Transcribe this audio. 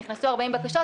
נכנסו 40 בקשות,